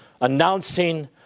announcing